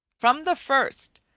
from the first,